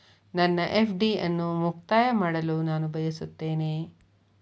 ನನ್ನ ಎಫ್.ಡಿ ಅನ್ನು ಮುಕ್ತಾಯ ಮಾಡಲು ನಾನು ಬಯಸುತ್ತೇನೆ